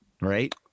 right